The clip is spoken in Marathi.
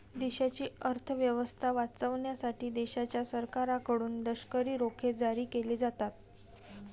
देशाची अर्थ व्यवस्था वाचवण्यासाठी देशाच्या सरकारकडून लष्करी रोखे जारी केले जातात